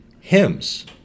Hymns